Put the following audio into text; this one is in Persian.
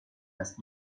است